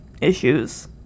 issues